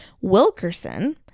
Wilkerson